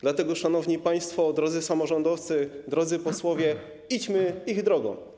Dlatego, szanowni państwo, drodzy samorządowcy, drodzy posłowie, idźmy ich drogą.